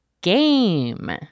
game